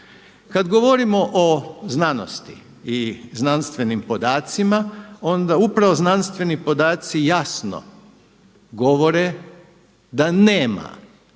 Kada govorimo o znanosti i znanstvenim podacima onda upravo znanstveni podaci jasno govore da nema